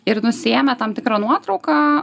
ir nusiėmę tam tikrą nuotrauką